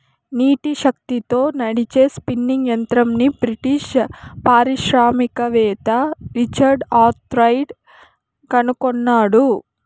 నీటి శక్తితో నడిచే స్పిన్నింగ్ యంత్రంని బ్రిటిష్ పారిశ్రామికవేత్త రిచర్డ్ ఆర్క్రైట్ కనుగొన్నాడు